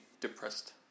depressed